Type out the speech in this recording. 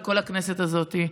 לכל הכנסת הזאת,